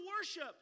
worship